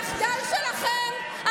המחדל שלכם.